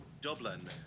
Dublin